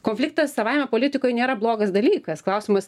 konfliktas savaime politikoj nėra blogas dalykas klausimas